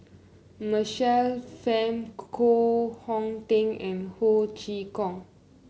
Michael Fam Koh Hong Teng and Ho Chee Kong